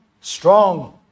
strong